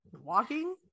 Walking